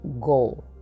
goal